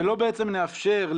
שלא בעצם נאפשר.